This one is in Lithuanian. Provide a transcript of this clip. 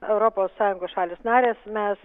europos sąjungos šalys narės mes